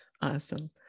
Awesome